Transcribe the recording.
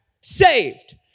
saved